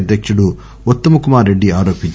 అధ్యకుడు ఉత్తమ్ కుమార్ రెడ్డి ఆరోపించారు